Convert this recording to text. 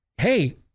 hey